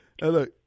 look